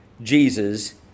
Jesus